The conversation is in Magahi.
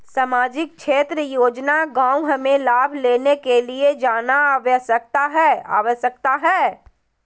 सामाजिक क्षेत्र योजना गांव हमें लाभ लेने के लिए जाना आवश्यकता है आवश्यकता है?